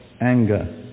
anger